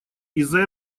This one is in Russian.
из‑за